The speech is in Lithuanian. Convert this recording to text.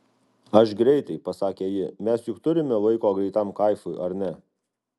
aš greitai pasakė ji mes juk turime laiko greitam kaifui ar ne